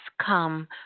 come